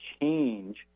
change